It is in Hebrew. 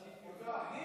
חוקה, חוקה.